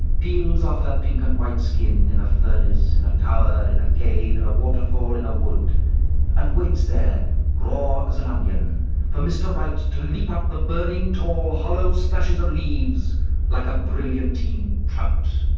peels off her pink and white skin, in a furnace in a tower in a cave in and a waterfall in a wood and waits there raw as an onion for mr right to leap up the burning, tall, hollow, splashes of leaves like a brilliantined trout.